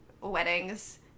weddings